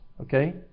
Okay